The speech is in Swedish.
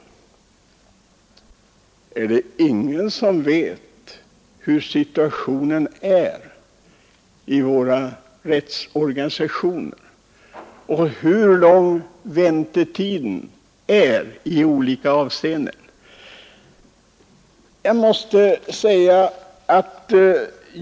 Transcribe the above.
Men är det då ingen som vet hurudan situationen är i våra rättsorganisationer och hur långa väntetiderna är i de olika fallen?